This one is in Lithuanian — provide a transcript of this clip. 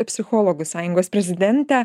psichologų sąjungos prezidentę